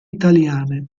italiane